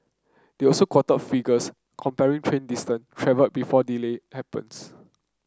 they also quoted figures comparing train distance travelled before delay happens